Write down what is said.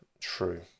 true